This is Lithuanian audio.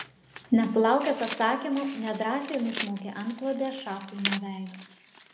nesulaukęs atsakymo nedrąsiai nusmaukė antklodę šachui nuo veido